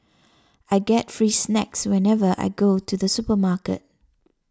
I get free snacks whenever I go to the supermarket